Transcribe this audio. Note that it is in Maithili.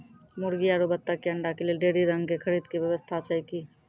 मुर्गी आरु बत्तक के अंडा के लेली डेयरी रंग के खरीद के व्यवस्था छै कि?